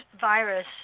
virus